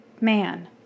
man